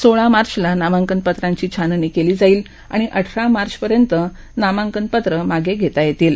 सोळा मार्चला नामांकन पत्रांची छाननी केली जाईल आणि अठरा मार्चपर्यंत नामांकनपत्र मागे घेता येईल